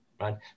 right